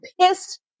pissed